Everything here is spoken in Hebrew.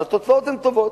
אז התוצאות הן טובות,